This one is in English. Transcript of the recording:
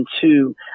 two